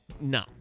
no